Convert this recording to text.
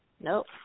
Nope